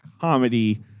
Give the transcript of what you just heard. comedy